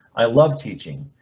i love teaching.